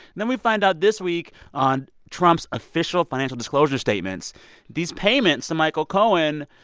then we find out this week on trump's official financial disclosure statements these payments to michael cohen.